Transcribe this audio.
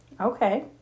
okay